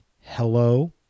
hello